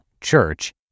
church